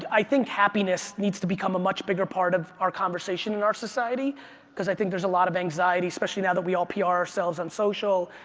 i think happiness needs to become a much bigger part of our conversation in our society because i think there's a lot of anxiety, especially now that we all pr ourselves on social.